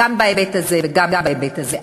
גם בהיבט הזה וגם בהיבט הזה.